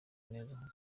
neza